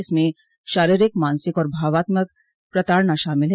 इसमें शारीरिक मानसिक और भावनात्मक प्रताड़ना शामिल है